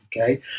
Okay